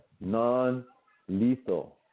non-lethal